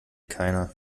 keiner